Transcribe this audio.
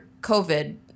COVID